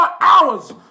hours